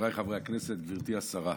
חבריי חברי הכנסת, גברתי השרה,